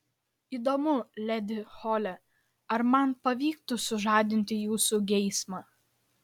įdomu ledi hole ar man pavyktų sužadinti jūsų geismą